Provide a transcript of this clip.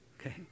okay